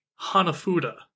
Hanafuda